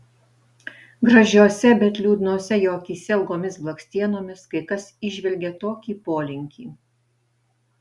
gražiose bet liūdnose jo akyse ilgomis blakstienomis kai kas įžvelgia tokį polinkį